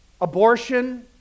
abortion